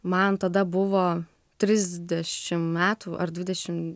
man tada buvo trisdešim metų ar dvidešim